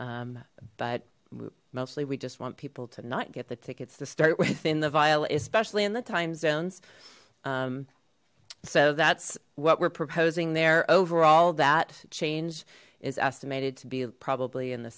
in but mostly we just want people to not get the tickets to start with in the vial especially in the time zones so that's what we're proposing there overall that change is estimated to be probably in the